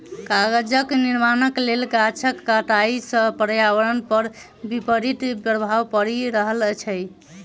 कागजक निर्माणक लेल गाछक कटाइ सॅ पर्यावरण पर विपरीत प्रभाव पड़ि रहल छै